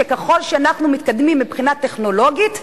שככל שאנחנו מתקדמים מבחינה טכנולוגית,